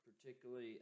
particularly